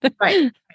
right